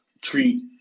treat